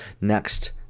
next